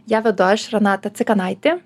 ją vedu aš renata cikanaitė